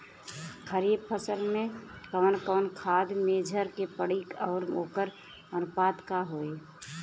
खरीफ फसल में कवन कवन खाद्य मेझर के पड़ी अउर वोकर अनुपात का होई?